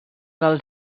del